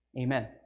Amen